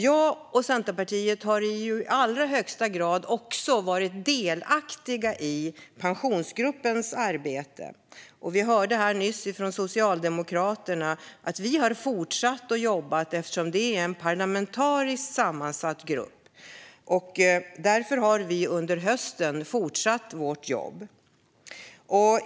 Jag och Centerpartiet har också i allra högsta grad varit delaktiga i Pensionsgruppens arbete. Som vi hörde nyss från Socialdemokraterna har vi fortsatt jobba eftersom det är en parlamentariskt sammansatt grupp. Därför har vi under hösten fortsatt vårt jobb.